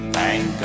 Thank